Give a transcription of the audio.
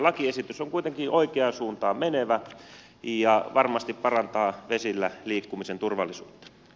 lakiesitys on kuitenkin oikeaan suuntaan menevä ja varmasti parantaa vesillä liikkumisen turvallisuutta